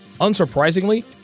Unsurprisingly